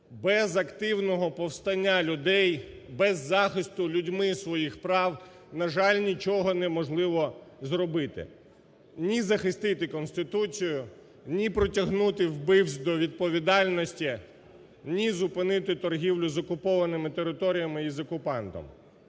без активного повстання людей, без захисту людьми своїх прав, на жаль, нічого не можливо зробити. Ні захистити Конституцію, ні притягнути вбивць до відповідальності, ні зупинити торгівлю з окупованими територіями і з окупантом.